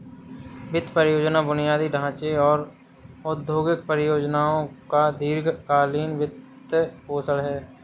वित्त परियोजना बुनियादी ढांचे और औद्योगिक परियोजनाओं का दीर्घ कालींन वित्तपोषण है